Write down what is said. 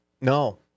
No